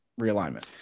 realignment